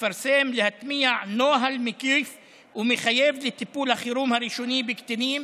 לפרסם ולהטמיע נוהל מקיף ומחייב לטיפול החירום הראשוני בקטינים,